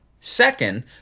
second